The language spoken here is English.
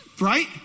right